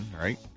right